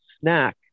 snack